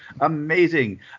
Amazing